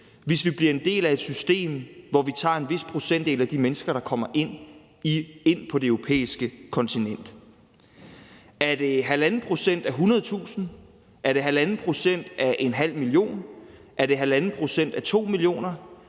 hvis vi bliver en del af et system, hvor vi tager en vis procentdel af de mennesker, der kommer ind på det europæiske kontinent. Er det 1,5 pct. af 100.000? Er det 1,5 pct. af en ½ million? Er det 1,5 pct. af 2 millioner?